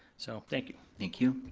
so thank you. thank you.